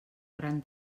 gran